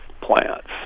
plants